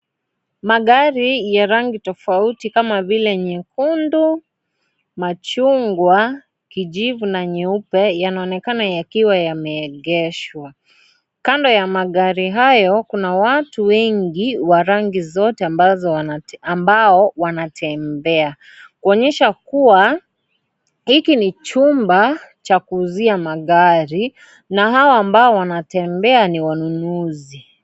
Magari ya rangi tofauti kama vile nyekundu, machungwa, kijivu, na nyeupe yanaonekana yakiwa yameegeshwa. Kando ya magari hayo kuna watu wengi wa rangi zote ambao wanatembea. Kuonyesha kuwa hiki ni chumba cha kuuzia magari na hao ambao wanatembea ni wanunuzi.